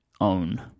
own